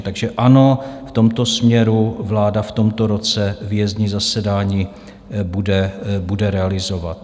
Takže ano, v tomto směru vláda v tomto roce výjezdní zasedání bude realizovat.